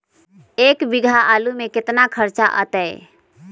एक बीघा आलू में केतना खर्चा अतै?